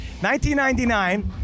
1999